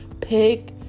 pick